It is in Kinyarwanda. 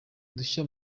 udushya